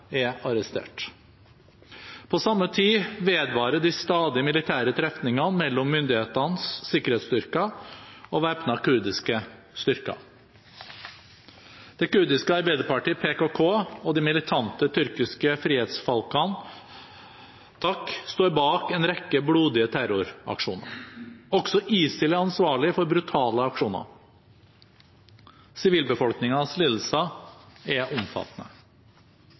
er arrestert. På samme tid vedvarer de stadige militære trefningene mellom myndighetenes sikkerhetsstyrker og væpnede kurdiske styrker. Det kurdiske arbeiderpartiet PKK og de militante tyrkiske frihetsfalkene, TAK, står bak en rekke blodige terroraksjoner. Også ISIL er ansvarlig for brutale aksjoner. Sivilbefolkningens lidelser er omfattende.